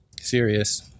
serious